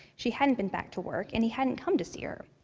she hadn't been back to work, and he hadn't come to see her.